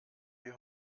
wir